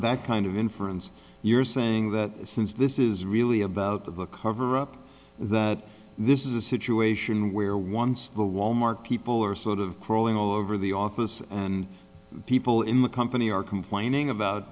that kind of inference you're saying that since this is really about the cover up that this is a situation where once the wal mart people are sort of crawling all over the office and people in the company are complaining about